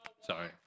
Sorry